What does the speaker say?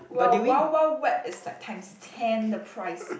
while Wild-Wild-Wet is like times ten the price